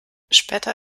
später